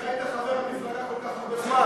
איך היית חבר המפלגה כל כך הרבה זמן?